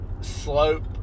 slope